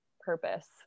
purpose